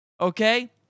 okay